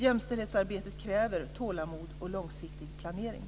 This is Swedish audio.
Jämställdhetsarbetet kräver tålamod och långsiktig planering.